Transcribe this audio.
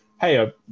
hey